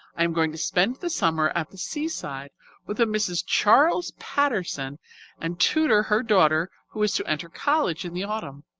i am going to spend the summer at the seaside with a mrs. charles paterson and tutor her daughter who is to enter college in the autumn.